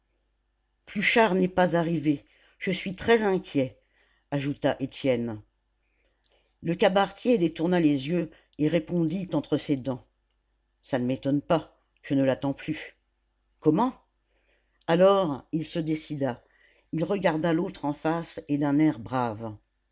pluchart n'est pas arrivé je suis très inquiet ajouta étienne le cabaretier détourna les yeux et répondit entre ses dents ça ne m'étonne pas je ne l'attends plus comment alors il se décida il regarda l'autre en face et d'un air brave